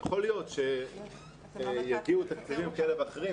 יכול להיות שיגיעו תקציבים כאלה ואחרים.